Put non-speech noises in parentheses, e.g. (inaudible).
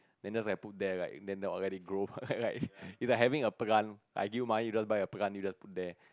then just like put there right and then they will let it grow (laughs) like is like having a plant I give you money you just buy a plant you just put there